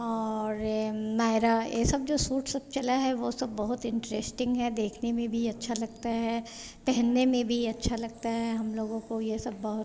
और नायरा ये सब जो सूट सब चला है वे सब बहुत इन्टरेस्टिंग है देखने में भी अच्छा लगता है पहनने में भी अच्छा लगता है हम लोगों को ये सब बहुत